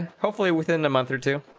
hopefully within a month for two